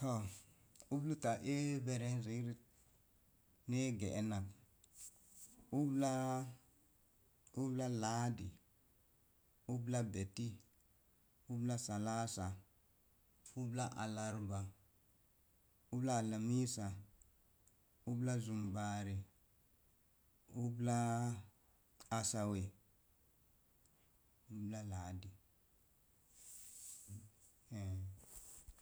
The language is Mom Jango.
To̱o̱ ubluta ee verezoroti ni e gerennak ubka ubla laadi, ubla beti, ubla salasa, ubla alarba, ubla alamisa, ubla zamibarə ublaa asawe, ubla laachi